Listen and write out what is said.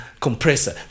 compressor